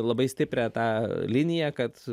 labai stiprią tą liniją kad